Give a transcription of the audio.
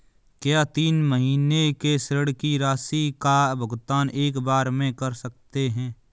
क्या तीन महीने के ऋण की राशि का भुगतान एक बार में कर सकते हैं?